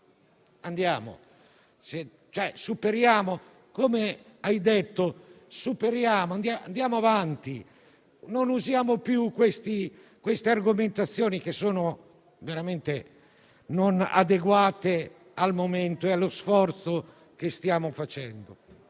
Conte. Superiamo e andiamo avanti. Non usiamo più queste argomentazioni, che sono veramente non adeguate al momento e allo sforzo che stiamo facendo.